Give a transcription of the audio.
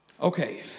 Okay